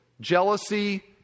Jealousy